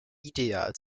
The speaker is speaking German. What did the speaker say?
ideal